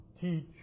teach